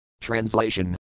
TRANSLATION